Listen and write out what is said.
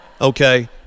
okay